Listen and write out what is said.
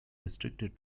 restricted